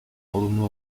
olumlu